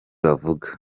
bavuga